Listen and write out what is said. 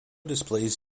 displays